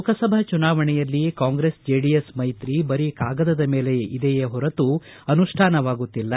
ಲೋಕಸಭಾ ಚುನಾವಣೆಯಲ್ಲಿ ಕಾಂಗ್ರೆಸ್ ಜೆಡಿಎಸ್ ಮೈತ್ರಿ ಬರೀ ಕಾಗದದ ಮೇಲೆ ಇದೆಯೇ ಹೊರತು ಅನುಷ್ಠಾನವಾಗುತ್ತಿಲ್ಲ